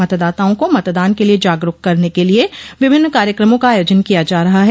मतदाताओं को मतदान के लिए जागरूक करने के लिए विभिन्न कार्यकमों का आयोजन किया जा रहा है